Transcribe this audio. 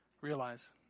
realize